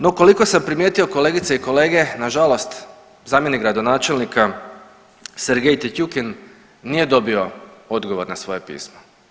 No koliko sam primijetio kolegice i kolege, na žalost zamjenik gradonačelnika Sergej Titjukin nije dobio odgovor na svoje pismo.